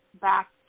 back